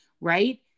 right